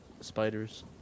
spiders